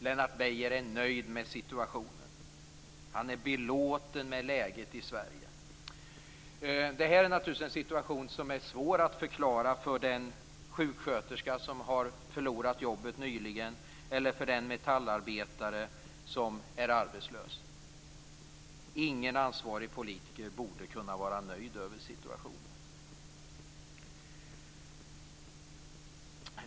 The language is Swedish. Lennart Beijer är nöjd med situationen. Han är belåten med läget i Sverige. Det här är naturligtvis en situation som är svår att förklara för den sjuksköterska som nyligen förlorat jobbet eller för den metallarbetare som är arbetslös. Ingen ansvarig politiker borde kunna vara nöjd med situationen.